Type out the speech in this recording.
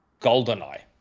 Goldeneye